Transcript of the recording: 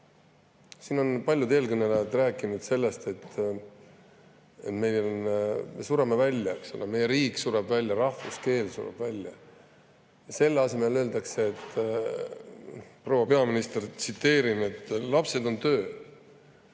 on paljud eelkõnelejad rääkinud sellest, et me sureme välja, meie riik sureb välja, rahvuskeel sureb välja. Selle asemel öeldakse – proua peaministrit tsiteerin –, et lapsed on töö.